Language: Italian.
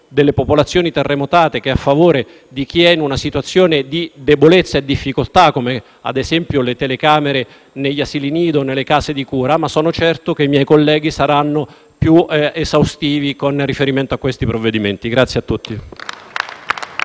delle popolazioni terremotate che a favore di chi è in una situazione di debolezza e difficoltà (come ad esempio le telecamere negli asili nido e nelle case di cura); sono certo che i miei colleghi saranno più esaustivi con riferimento a questi provvedimenti. *(Applausi